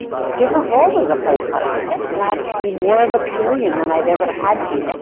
different roles as a play partner and i have to be more of a chameleon that i've ever had to.